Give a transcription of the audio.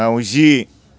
माउजि